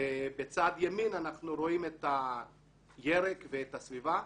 ובצד ימין אנחנו רואים את הירק ואת הסביבה.